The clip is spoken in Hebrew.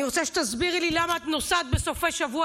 אני רוצה שתסבירי לי למה את נוסעת בסופי שבוע,